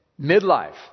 midlife